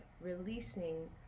releasing